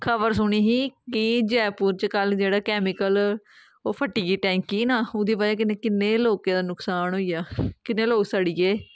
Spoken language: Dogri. खबर सुनी ही कि जयपुर च कल जेह्ड़ा कैमिकल ओह् फट्टी गेई टैंकी ना ओह्दी बजह् कन्नै किन्ने गै लोकें दा नुकसान होई गेआ किन्ने लोग सड़ी गे